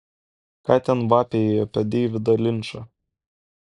ką ten vapėjai apie deividą linčą